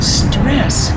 stress